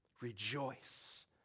Rejoice